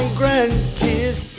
grandkids